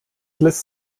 lässt